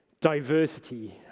diversity